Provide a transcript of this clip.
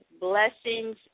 blessings